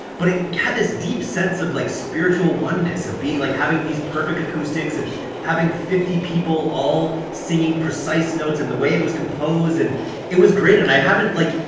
but it had this deep sense of like spiritual oneness of being. like having these perfect acoustics, and having fifty people all singing precise notes and the way it was composed and it was great. and i haven't like.